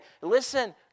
Listen